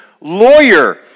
lawyer